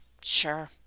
sure